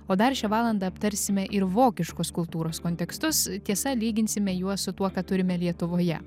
o dar šią valandą aptarsime ir vokiškos kultūros kontekstus tiesa lyginsime juos su tuo ką turime lietuvoje